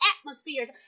atmospheres